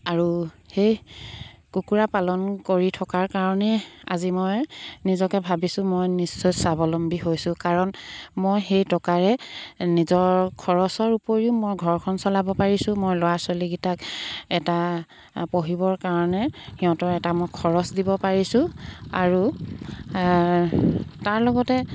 আৰু সেই কুকুৰা পালন কৰি থকাৰ কাৰণেই আজি মই নিজকে ভাবিছোঁ মই নিশ্চয় স্বাৱলম্বী হৈছোঁ কাৰণ মই সেই টকাৰে নিজৰ খৰচৰ উপৰিও মই ঘৰখন চলাব পাৰিছোঁ মই ল'ৰা ছোৱালীকেইটাক এটা পঢ়িবৰ কাৰণে সিহঁতৰ এটা মই খৰচ দিব পাৰিছোঁ আৰু তাৰ লগতে